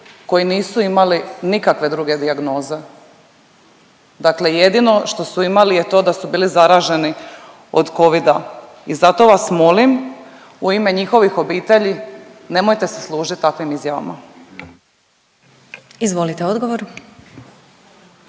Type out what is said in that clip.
koji nisu imali nikakve druge dijagnoze. Dakle jedino što su imali je to da su bili zaraženi od Covida i zato vas molim u ime njihovih obitelji nemojte se služit takvim izjavama. **Glasovac,